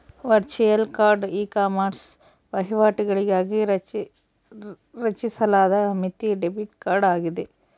virtual card ecommerce ವಹಿವಾಟುಗಳಿಗಾಗಿ ರಚಿಸಲಾದ ಮಿತಿ ಡೆಬಿಟ್ ಕಾರ್ಡ್ ಆಗಿದೆ